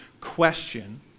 question